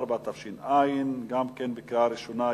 13), התש"ע 2010, עברה בקריאה ראשונה,